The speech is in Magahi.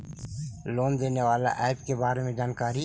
लोन देने बाला ऐप के बारे मे जानकारी?